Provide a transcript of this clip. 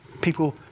People